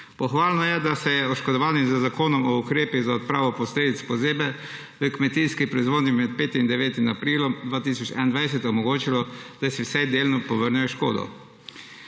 Pohvalno je, da se je oškodovanim z Zakonom o ukrepih za odpravo posledic pozebe v kmetijski proizvodnji med 5. in 9. aprilom 2021 omogočilo, da si vsaj delno povrnejo škodo.